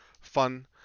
fun